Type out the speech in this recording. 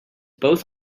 both